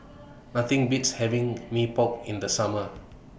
Nothing Beats having Mee Pok in The Summer